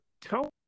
Tell